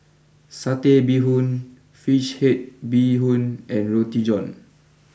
Satay Bee Hoon Fish Head Bee Hoon and Roti John